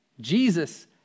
Jesus